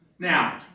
Now